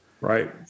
Right